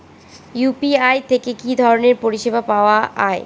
UPI থেকে কি ধরণের পরিষেবা পাওয়া য়ায়?